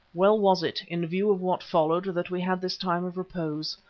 well was it, in view of what followed, that we had this time of repose.